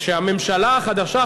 כשהממשלה החדשה,